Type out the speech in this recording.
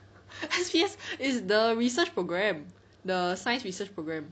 S_P_S is the research programme the science research programme